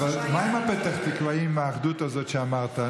אבל מה עם הפתח תקוואים, עם האחדות הזאת שאמרת.